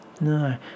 No